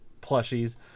plushies